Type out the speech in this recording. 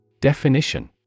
Definition